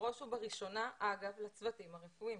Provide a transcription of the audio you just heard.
בראש ובראשונה לצוותים הרפואיים.